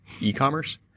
e-commerce